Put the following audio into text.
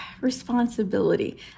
responsibility